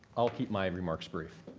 i'll keep my remarks brief.